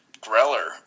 Greller